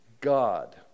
God